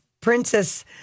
Princess